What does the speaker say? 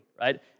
right